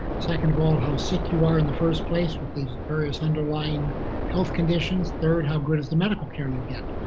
second of all how sick you are in the first place with these various underlying health conditions, third how good is the medical care you get?